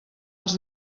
els